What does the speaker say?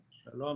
בבקשה.